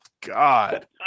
God